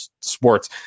sports